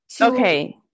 Okay